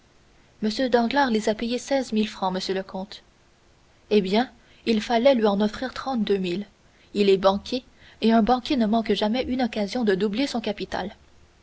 danglars les a payés seize mille francs monsieur le comte eh bien il fallait lui en offrir trente-deux mille il est banquier et un banquier ne manque jamais une occasion de doubler son capital